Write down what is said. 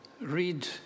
read